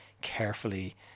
carefully